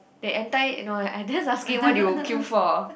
that enti~ no I just asking what you queue for